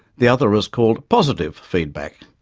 the other is called positive feedback,